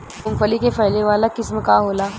मूँगफली के फैले वाला किस्म का होला?